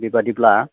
बेबायदिब्ला